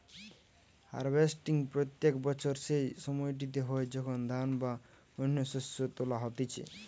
harvesting প্রত্যেক বছর সেই সময়টিতে হয় যখন ধান বা অন্য শস্য তোলা হতিছে